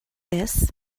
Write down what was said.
this